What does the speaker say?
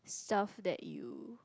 self that you